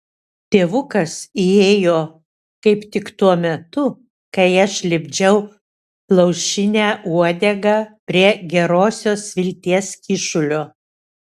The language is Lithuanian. tėvukas įėjo kaip tik tuo metu kai aš lipdžiau plaušinę uodegą prie gerosios vilties kyšulio